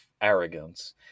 arrogance